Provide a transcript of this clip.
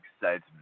excitement